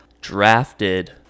drafted